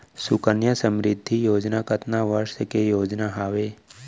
सुकन्या समृद्धि योजना कतना वर्ष के योजना हावे?